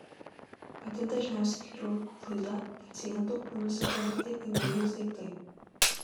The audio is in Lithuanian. pati dažniausia chirurgų klaida pacientų kūnuose palikti įvairūs daiktai